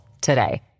today